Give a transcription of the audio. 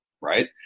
right